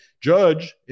judge